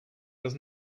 does